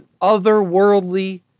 otherworldly